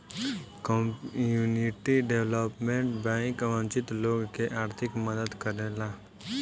community development bank वंचित लोग के आर्थिक मदद करेला